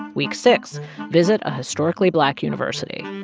week six visit a historically black university